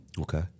Okay